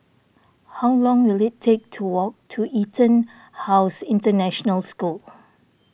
how long will it take to walk to EtonHouse International School